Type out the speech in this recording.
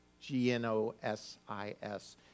G-N-O-S-I-S